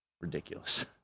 ridiculous